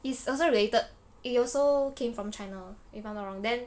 is also related it also came from china if I'm not wrong then